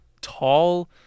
tall